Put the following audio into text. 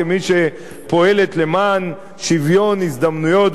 כמי שפועלת למען שוויון הזדמנויות,